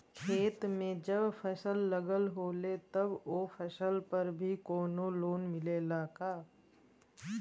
खेत में जब फसल लगल होले तब ओ फसल पर भी कौनो लोन मिलेला का?